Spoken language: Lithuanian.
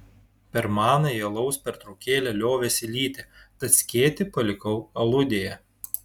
per manąją alaus pertraukėlę liovėsi lyti tad skėtį palikau aludėje